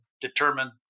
determine